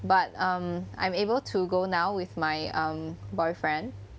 but um I'm able to go now with my um boyfriend